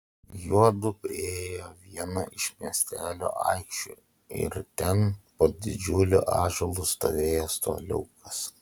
juodu priėjo vieną iš miestelio aikščių ir ten po didžiuliu ąžuolu stovėjo suoliukas